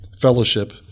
fellowship